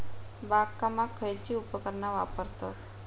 बागकामाक खयची उपकरणा वापरतत?